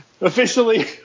officially